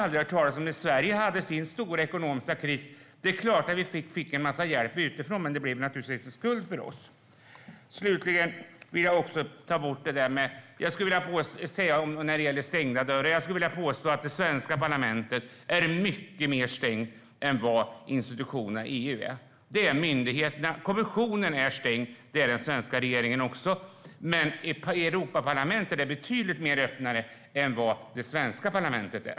När Sverige hade sin stora ekonomiska kris var det klart att vi fick en massa hjälp utifrån, även om det naturligtvis blev till en skuld för oss. När det gäller stängda dörrar vill jag påstå att det svenska parlamentet är mycket mer stängt än vad institutionerna i EU är. Kommissionen är stängd och den svenska regeringen också, men Europaparlamentet är betydligt mer öppet än vad det svenska parlamentet är.